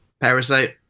Parasite